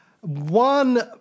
One